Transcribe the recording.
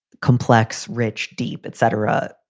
complex, rich, deep, etc.